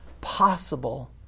possible